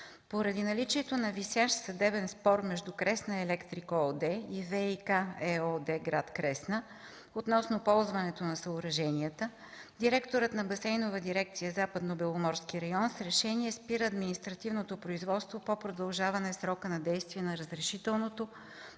Поради наличието на висящ съдебен спор между „Кресна Електрик” ООД и ВиК – ООД, гр. Кресна, относно ползването на съоръженията, директорът на Басейнова дирекция Западнобеломорски район с решение спира административното производство по продължаване срока на действие на разрешителното